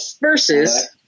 Versus